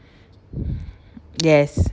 yes